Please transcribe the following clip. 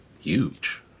Huge